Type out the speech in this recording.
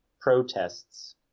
protests